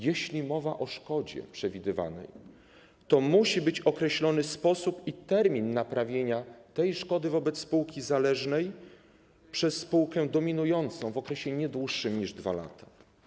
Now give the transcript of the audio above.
Jeśli mowa o przewidywanej szkodzie, to musi być określony sposób i termin naprawienia tej szkody wobec spółki zależnej przez spółkę dominującą w okresie nie dłuższym niż 2 lata.